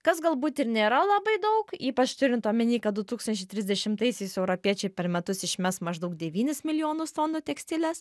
kas galbūt ir nėra labai daug ypač turint omeny kad du tūkstančiai trisdešimtaisiais europiečiai per metus išmes maždaug devynis milijonus tonų tekstilės